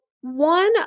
one